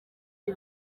ibi